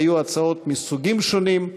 היו הצעות מסוגים שונים,